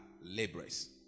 laborers